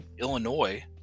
Illinois